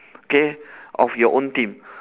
okay of your own team